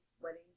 wedding